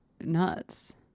nuts